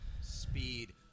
Speed